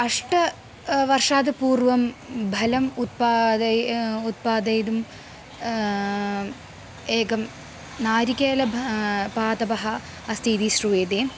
अष्ट वर्षाद् पूर्वं बलम् उत्पाद्य उत्पादयितुम् एकं नारिकेलं पादपः अस्ति इति श्रूयते